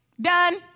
done